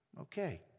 Okay